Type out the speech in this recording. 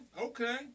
okay